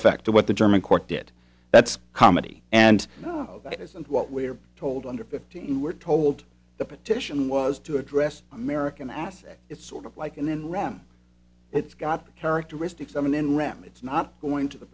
effect to what the german court did that's comedy and what we're told under fifteen we're told the petition was to address american asset it's sort of like an enron it's got characteristics i mean and rahm it's not going to